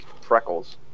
freckles